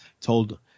told